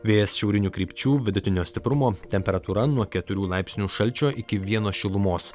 vėjas šiaurinių krypčių vidutinio stiprumo temperatūra nuo keturių laipsnių šalčio iki vieno šilumos